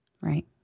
Right